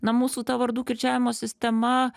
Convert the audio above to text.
na mūsų ta vardų kirčiavimo sistema